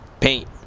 paint.